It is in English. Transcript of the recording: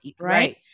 Right